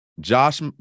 Josh –